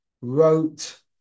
wrote